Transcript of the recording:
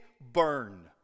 burn